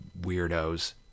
weirdos